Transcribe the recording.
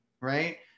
right